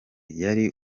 yari